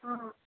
ହଁ